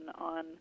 on